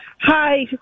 Hi